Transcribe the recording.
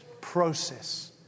process